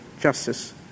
Justice